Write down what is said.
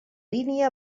línia